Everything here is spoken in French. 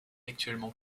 actuellement